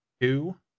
two